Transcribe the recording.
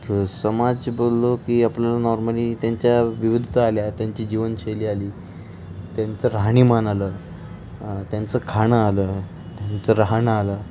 स समाज बोललो की आपल्याला नॉर्मली त्यांच्या विविधता आल्या त्यांची जीवनशैली आली त्यांचं राहणीमान आलं त्यांचं खाणं आलं त्यांचं राहणं आलं